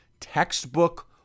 textbook